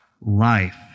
Life